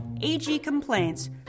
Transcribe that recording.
agcomplaints